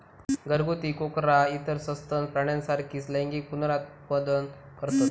घरगुती कोकरा इतर सस्तन प्राण्यांसारखीच लैंगिक पुनरुत्पादन करतत